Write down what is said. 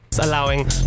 allowing